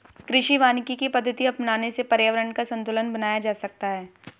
कृषि वानिकी की पद्धति अपनाने से पर्यावरण का संतूलन बनाया जा सकता है